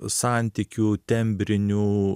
santykių tembrinių